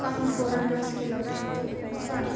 गांधरामा स्खेलाव थामथि स्वारम